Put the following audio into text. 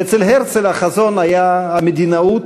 אצל הרצל החזון היה המדינאות,